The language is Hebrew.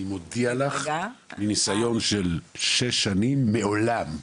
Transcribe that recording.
אני מודיע לך שמניסיון של שש שנים שמעולם,